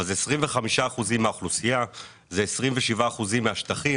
אבל מדובר על כ- 25% מהאוכלוסייה וכ-27% מהשטחים.